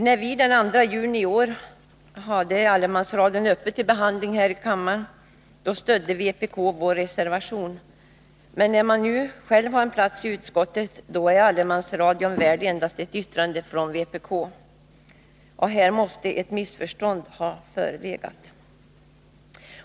När vi den 2 juni i år hade allemansradion uppe till behandling här i kammaren, stödde vpk vår reservation. Men när man nu själv har en plats i utskottet, då är allemansradion värd endast ett yttrande från vpk. Här måste ett missförstånd ha förelegat.